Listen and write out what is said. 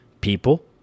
people